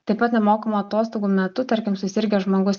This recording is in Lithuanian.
taip pat nemokamų atostogų metu tarkim susirgęs žmogus